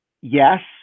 yes